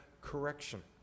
correction